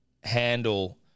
handle